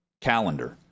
calendar